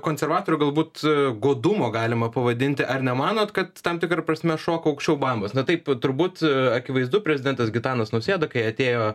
konservatorių galbūt godumo galima pavadinti ar nemanot kad tam tikra prasme šoka aukščiau bambos na taip turbūt akivaizdu prezidentas gitanas nausėda kai atėjo